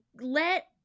let